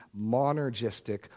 monergistic